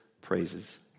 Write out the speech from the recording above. praises